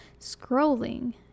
scrolling